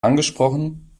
angesprochen